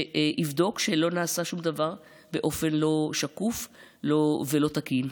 שיבדוק שלא נעשה שום דבר באופן לא שקוף ולא תקין.